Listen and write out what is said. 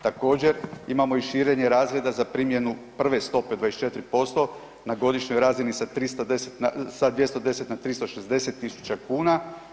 Također imamo i širenje razreda za primjenu prve stope 24% na godišnjoj razini sa 210 na 360 000 kuna.